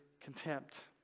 contempt